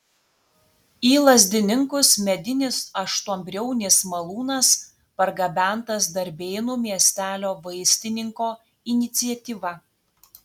į lazdininkus medinis aštuonbriaunis malūnas pargabentas darbėnų miestelio vaistininko iniciatyva